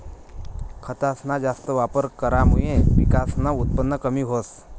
खतसना जास्त वापर करामुये पिकसनं उत्पन कमी व्हस